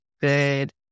good